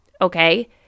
okay